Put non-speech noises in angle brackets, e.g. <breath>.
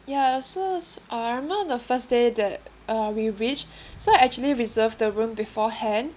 ya so s~ uh I remember the first day that uh we reached <breath> so I actually reserved the room beforehand